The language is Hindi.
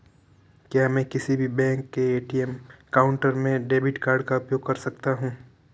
क्या मैं किसी भी बैंक के ए.टी.एम काउंटर में डेबिट कार्ड का उपयोग कर सकता हूं?